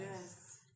Yes